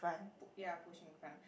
p~ ya pushing the car